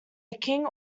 king